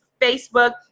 Facebook